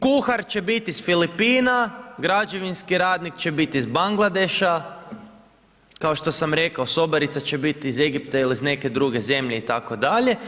Kuhar će biti s Filipina, građevinski radnik će biti iz Bangladeša, kao što sam rekao sobarica će biti iz Egipta ili iz neke druge zemlje itd.